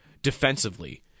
defensively